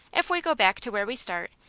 if we go back to where we start,